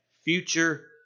future